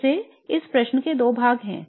फिर से इस प्रश्न के 2 भाग हैं